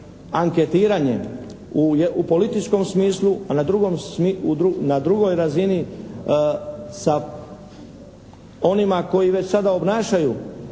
anketiranje u političkom smislu, a na drugoj razini sa onima koji već sada obnašaju u